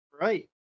right